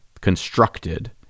constructed